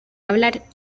hablar